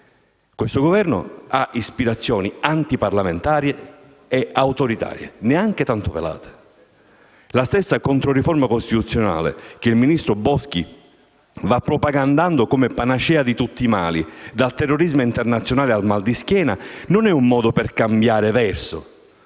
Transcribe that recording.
Questo Governo ha ispirazioni antiparlamentari e autoritarie neanche tanto velate. La stessa controriforma costituzionale, che il ministro Boschi va propagandando come panacea di tutti i mali, dal terrorismo internazionale al mal di schiena, è un modo non per cambiare verso